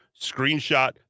screenshot